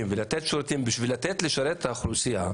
ולתת שירותים בשביל לשרת את האוכלוסייה,